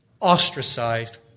ostracized